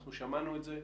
אנחנו שמענו את זה.